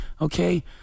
okay